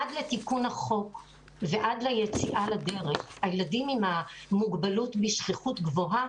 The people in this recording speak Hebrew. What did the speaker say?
עד לתיקון החוק ועד ליציאה לדרך הילדים עם המוגבלות בשכיחות גבוהה,